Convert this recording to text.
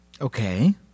Okay